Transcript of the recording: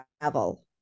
travel